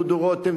דודו רותם,